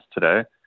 today